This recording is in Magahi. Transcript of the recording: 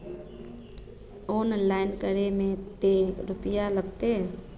ऑनलाइन करे में ते रुपया लगते?